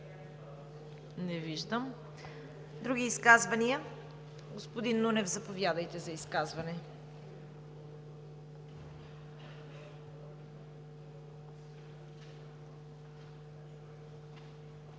Не виждам. Други изказвания? Господин Нунев, заповядайте за изказване.